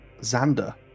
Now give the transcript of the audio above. Xander